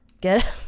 Get